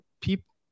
people